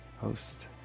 host